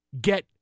get